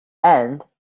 and